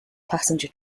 passenger